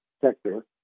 sector